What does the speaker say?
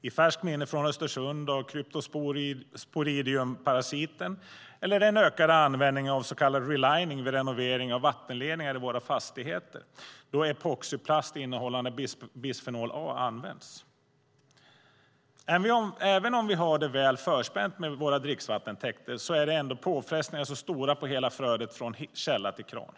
I färskt minne är Östersund och cryptosporidiumparasiten eller den ökande användningen av så kallad relining vid renovering av vattenledningar i våra fastigheter då epoxyplast innehållande bisfenol A används. Även om vi har det väl förspänt med våra dricksvattentäkter är ändå påfrestningarna stora på hela flödet från källa till kran.